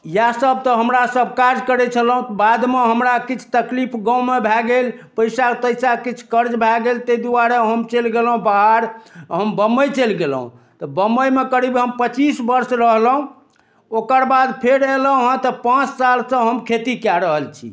इएह सभ तऽ हमरा सभ काज करै छलहुॅं बादमे हमरा किछु तकलीफ गाँवमे भऽ गेल पइसा तैसा किछु कर्ज भऽ गेल ताहि दुआरे हम चलि गेलहुॅं बाहर हम बम्बई चलि गेलहुॅं तऽ बम्बईमे करीब हम पचीस बर्ष रहलहुॅं ओकर बाद फेर एलहुॅं हँ तऽ पाँच साल सँ हम खेती कऽ रहल छी